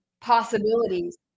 possibilities